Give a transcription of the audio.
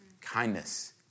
kindness